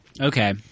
Okay